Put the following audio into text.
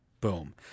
Boom